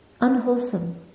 unwholesome